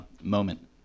moment